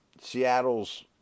Seattle's